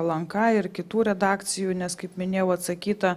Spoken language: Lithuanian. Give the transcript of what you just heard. lnk ir kitų redakcijų nes kaip minėjau atsakyta